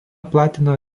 platino